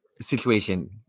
situation